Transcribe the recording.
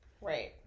Right